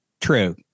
True